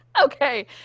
Okay